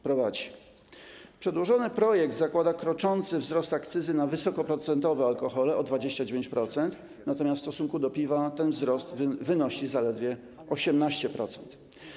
Przedłożony projekt zakłada kroczący wzrost akcyzy na wysokoprocentowe alkohole o 29%, natomiast w stosunku do piwa ten wzrost wynosi zaledwie 18%.